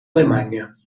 alemanya